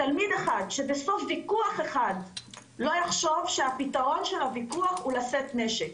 שבסוף ויכוח אחד לא יחשוב שהפתרון של הוויכוח הוא לשאת נשק.